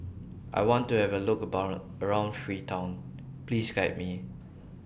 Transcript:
I want to Have A Look Bond around Freetown Please Guide Me